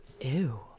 Ew